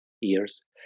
years